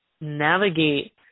navigate